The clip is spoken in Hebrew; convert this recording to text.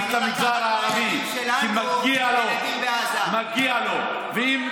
מנסור עבאס לא לוקח